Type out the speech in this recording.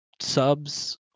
subs